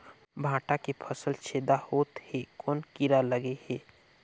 भांटा के फल छेदा होत हे कौन कीरा लगे हे?